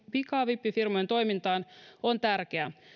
pikavippifirmojen toimintaan on tärkeä